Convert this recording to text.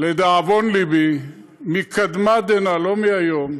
לדאבון לבי, מקדמת דנא, לא מהיום,